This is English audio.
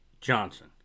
Johnson